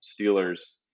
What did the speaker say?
Steelers